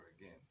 again